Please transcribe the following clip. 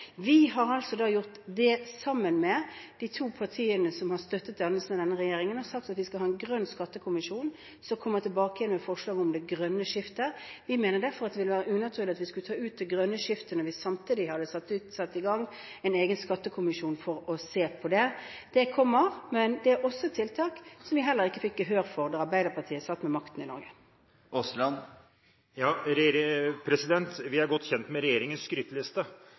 Vi har gjort dette sammen med de to partiene som har støttet dannelsen av denne regjeringen, og sagt at vi skal ha en grønn skattekommisjon som kommer tilbake med forslag om det grønne skiftet. Vi mener derfor at det ville være unaturlig å skulle ta ut det grønne skiftet når vi samtidig har satt i gang en egen skattekommisjon for å se på det. Det kommer, men det er også tiltak som vi heller ikke fikk gehør for da Arbeiderpartiet satt med makten i Norge. Vi er godt kjent med regjeringens skryteliste, men vi er også godt kjent med